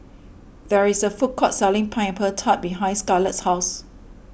there is a food court selling Pineapple Tart behind Scarlett's house